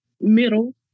middle